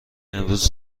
امروز